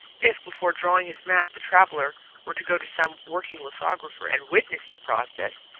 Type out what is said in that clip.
if before drawing his map the traveller were to go to some working lithographer and witness the process,